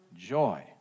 joy